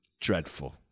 dreadful